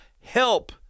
help